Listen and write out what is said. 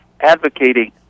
advocating